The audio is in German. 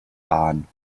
bahn